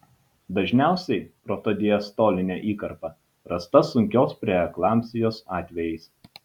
dažniausiai protodiastolinė įkarpa rasta sunkios preeklampsijos atvejais